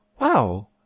wow